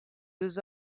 deux